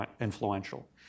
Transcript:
influential